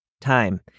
time